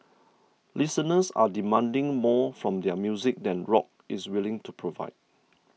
listeners are demanding more from their music than rock is willing to provide